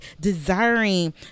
desiring